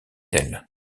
elle